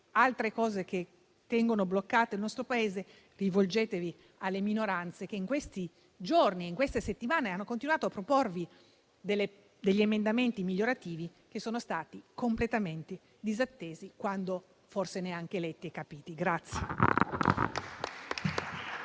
altre cose che tengono bloccato il nostro Paese, rivolgetevi alle minoranze che in questi giorni e settimane hanno continuato a proporvi degli emendamenti migliorativi che sono stati completamente disattesi, se non - forse - neanche letti e capiti.